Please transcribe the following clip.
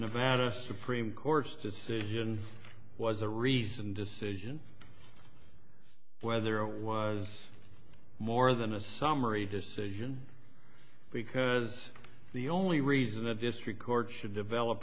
nevada supreme court's decision was a reasoned decision whether it was more than a summary decision because the only reason a district court should develop